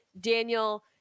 Daniel